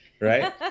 Right